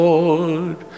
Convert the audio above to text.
Lord